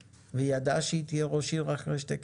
והיא ידעה שהיא תהיה ראש עיר אחרי שתי קדנציות,